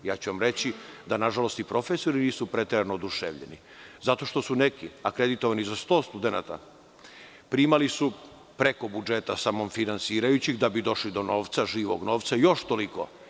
Ja ću vam reći da, nažalost, i profesori nisu preterano oduševljeni, zato što su neki akreditovani za 100 studenata, primali su preko budžeta samofinansirajućeg da bi došli do novca, do živog novca, još toliko.